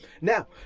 Now